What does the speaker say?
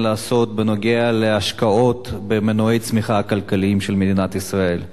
לעשות בנוגע להשקעות במנועי הצמיחה הכלכליים של מדינת ישראל,